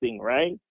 right